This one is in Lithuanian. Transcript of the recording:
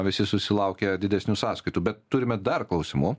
visi susilaukė didesnių sąskaitų bet turime dar klausimų